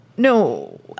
No